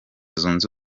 zunze